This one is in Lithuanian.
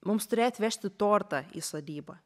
mums turėjo atvežti tortą į sodybą